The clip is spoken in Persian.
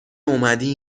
اومدی